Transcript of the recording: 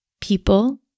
people